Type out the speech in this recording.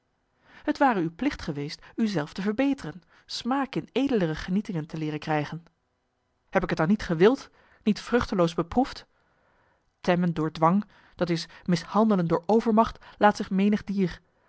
het ware uw plicht geweest u zelf te verbeteren smaak in edelere genietingen te leeren krijgen heb ik t dan niet gewild niet vruchteloos beproefd temmen door dwang d i mishandelen door overmacht laat zich menig dier